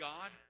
God